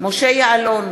משה יעלון,